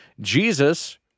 Jesus